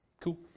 Cool